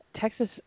Texas